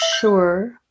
sure